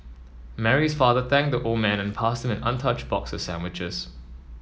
Mary's father thanked the old man and passed him an untouched box of sandwiches